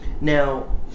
Now